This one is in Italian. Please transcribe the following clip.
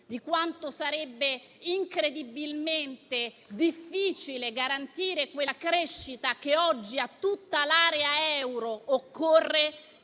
di quanto sarebbe incredibilmente difficile garantire quella crescita che oggi occorre a tutta l'area euro, se